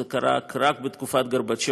זה קרה רק בתקופת גורבצ'וב,